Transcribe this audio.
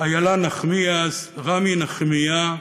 אילה נחמיאס, רמי נחמיה,